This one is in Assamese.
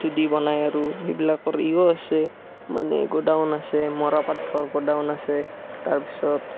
এটো দি বনায় আৰু এইবিলাকৰ ইয়ো আছে মানে গুডাম আছে মৰাপাটৰ গোডাম আছে তাৰপাছত